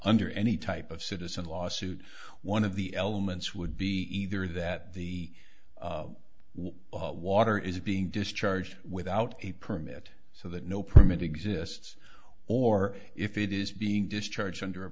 under any type of citizen lawsuit one of the elements would be either that the water is being discharged without a permit so that no permit exists or if it is being discharged under a